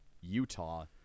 utah